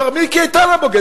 כבר מיקי איתן הבוגד.